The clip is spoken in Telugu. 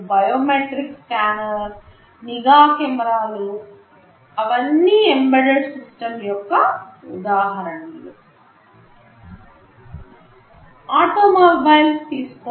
బయోమెట్రిక్ స్కానర్ నిఘా కెమెరాలు అవన్నీ ఎంబెడెడ్ సిస్టమ్స్ యొక్క ఉదాహరణలు ఆటోమొబైల్స్ తీసుకోండి